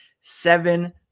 seven